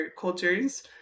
cultures